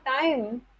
time